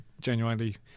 genuinely